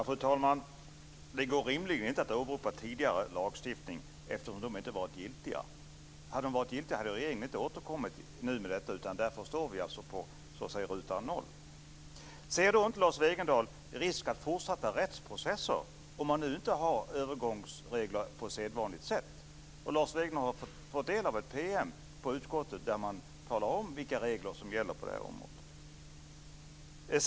Fru talman! Det går rimligen inte att åberopa tidigare lagstiftning eftersom den har varit giltig. Hade den varit giltig hade regeringen inte behövt återkomma nu med detta, utan därför står vi på så att säga ruta noll. Ser inte Lars Wegendal risk för fortsatta rättsprocesser om man inte har övergångsregler på ett sedvanligt sätt? Lars Wegendal har ju fått del av ett PM i utskottet där man talar om vilka regler som gäller på det här området.